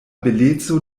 beleco